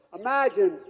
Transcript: imagine